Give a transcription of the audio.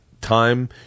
time